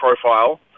profile